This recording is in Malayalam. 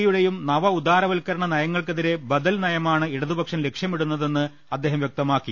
എയുടെയും നവ ഉദാരവത്കരണ നയങ്ങൾക്കെതിരെ ബദൽ നയമാണ് ഇടതു പക്ഷം ലക്ഷ്യമിടുന്നതെന്ന് അദ്ദേഹം വ്യക്തമാക്കി